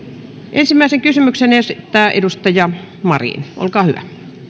ensimmäisen kysymyksen esittää edustaja marin olkaa hyvä